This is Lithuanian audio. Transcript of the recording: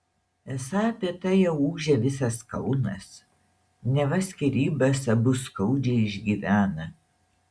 esą apie tai jau ūžia visas kaunas neva skyrybas abu skaudžiai išgyvena